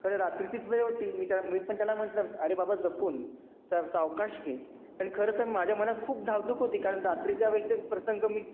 खरं रात्रीचीच वेळ होती मी त्या मी पण त्याला म्हटलं अरे बाबा जपून जरा सावकाश घे आणि खरं तर माझ्या मनात खूप धाकधूक होती कारण रात्रीच्या वेळेचे प्रसंग मी